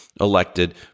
elected